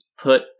put